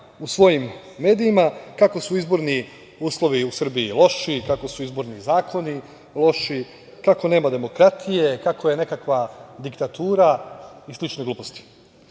u svojim medijima kako su izborni uslovi u Srbiji loši, kako su izborni zakoni loši, kako nema demokratije, kako je nekakva diktatura i slične gluposti.U